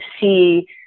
see